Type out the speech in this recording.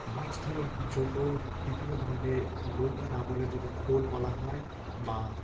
মাছ ধরার জন্য বিভিন্ন ধরনের নৌকা না বলে যদি খোল বলা হয় বা